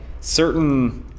certain